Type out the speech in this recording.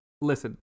Listen